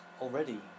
already